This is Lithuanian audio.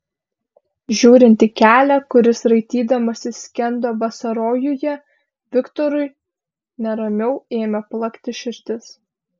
žiūrint į kelią kuris raitydamasis skendo vasarojuje viktorui neramiau ėmė plakti širdis